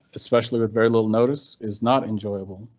especially with very little notice, is not enjoyable.